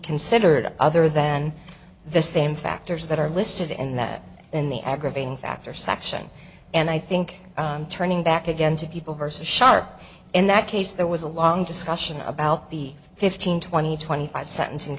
considered other than the same factors that are listed in that in the aggravating factor section and i think turning back again to people versus shart in that case there was a long discussion about the fifteen twenty twenty five sentencing